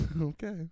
Okay